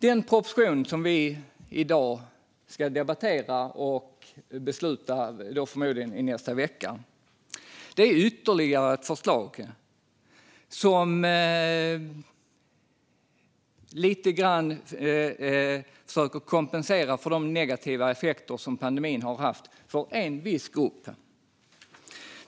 Den proposition vi nu debatterar och ska fatta beslut om i nästa vecka handlar om att kompensera för de negativa effekter pandemin har haft för en viss grupp.